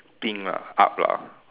thing lah up lah